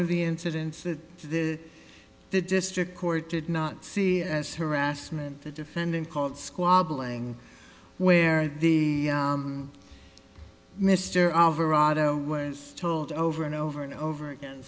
of the incidents that the the district court did not see as harassment the defendant called squabbling where the mr alvarado was told over and over and over again